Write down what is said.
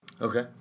Okay